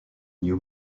new